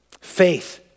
faith